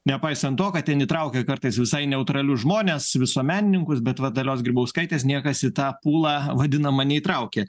nepaisant to kad ten įtraukia kartais visai neutralius žmones visuomenininkus bet va dalios grybauskaitės niekas į tą pulą vadinamą neįtraukė